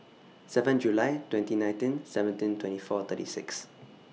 seven July twenty nineteen seventeen twenty four thirty six